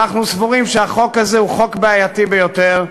אנחנו סבורים שהחוק הזה הוא חוק בעייתי ביותר,